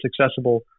accessible